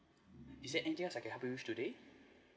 is there anything else I can help you today